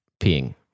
peeing